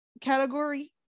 category